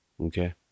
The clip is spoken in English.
Okay